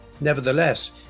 Nevertheless